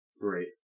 Great